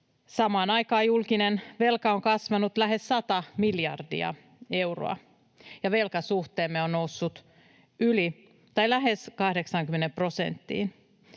Samaan aikaan julkinen velka on kasvanut lähes sata miljardia euroa ja velkasuhteemme on noussut lähes 80 prosenttiin.